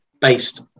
based